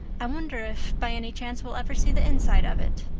i wonder if, by any chance, we'll ever see the inside of it.